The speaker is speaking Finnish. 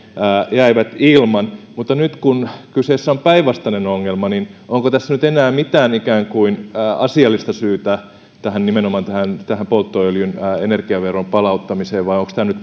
jäivät ilman mutta nyt kun kyseessä on päinvastainen ongelma niin onko tässä enää mitään ikään kuin asiallista syytä nimenomaan tähän tähän polttoöljyn energiaveron palauttamiseen vai onko tämä nyt